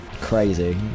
crazy